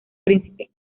príncipe